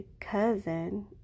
cousin